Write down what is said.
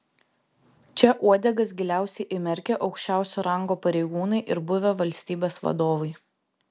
čia uodegas giliausiai įmerkę aukščiausio rango pareigūnai ir buvę valstybės vadovai